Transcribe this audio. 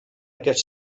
aquest